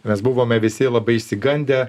mes buvome visi labai išsigandę